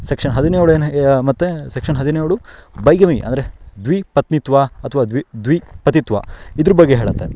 section ಹದಿನೇಳೇನು ಯಾವ ಮತ್ತು ಸೆಕ್ಷನ್ ಹದಿನೇಳು ಬೈಗಮಿ ಅಂದರೆ ದ್ವಿಪತ್ನಿತ್ವ ಅಥವಾ ದ್ವಿ ದ್ವಿಪತಿತ್ವ ಇದ್ರ ಬಗ್ಗೆ ಹೇಳುತ್ತೆ